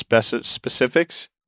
specifics